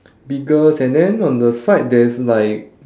biggest and then on the side there is like